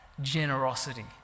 generosity